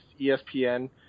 ESPN –